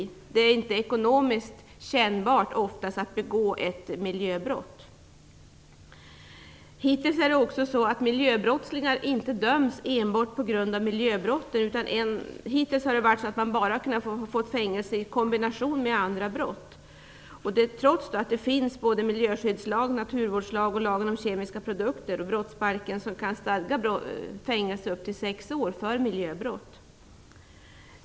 Oftast är det inte ekonomiskt kännbart att begå ett miljöbrott. Hittills har miljöbrottslingar inte dömts enbart på grund av miljöbrott. Hittills har fängelse bara utdömts vid en kombination med andra brott - trots att det finns flera lagar på det här området, miljöskyddslagen, naturvårdslagen, lagen om kemiska produkter och brottsbalken, och trots att det finns bestämmelser om fängelse upp till sex år för miljöbrott.